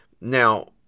now